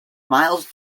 mild